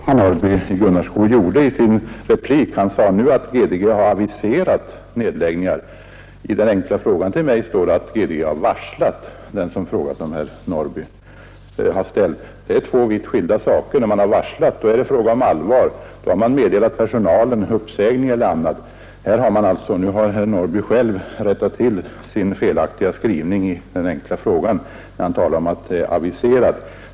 Herr talman! Det var ett viktigt påpekande som herr Norrby i 101 Gunnarskog nu gjorde. Han sade att GDG har aviserat nedläggningar. I den enkla frågan till mig står att GDG har varslat om nedläggningar. Det är två vitt skilda ting. Har man varslat, så är det allvar. Då har man meddelat personalen uppsägning eller liknande. Nu har herr Norrby själv rättat till sin felaktiga skrivning i den enkla frågan och talar nu om att GDG har aviserat.